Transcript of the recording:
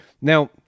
Now